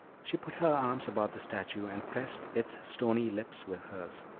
she put her arms about the statue, and pressed its stony lips with hers.